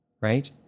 Right